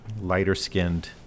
lighter-skinned